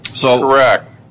Correct